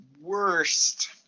worst